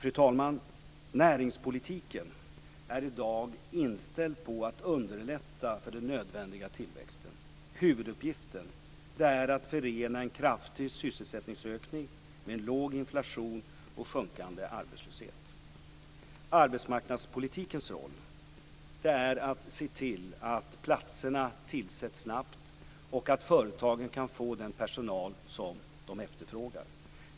Fru talman! Näringspolitiken är i dag inställd på att underlätta för den nödvändiga tillväxten. Huvuduppgiften är att förena en kraftig sysselsättningsökning med en låg inflation och sjunkande arbetslöshet. Arbetsmarknadspolitikens roll är att se till att platserna tillsätts snabbt och att företagen kan få den personal de efterfrågar.